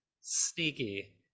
sneaky